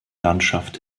landschaft